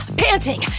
panting